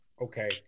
okay